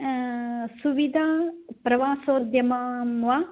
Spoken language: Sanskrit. सुविधा प्रवासोद्यमां वा